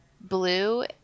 blue